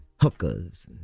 hookers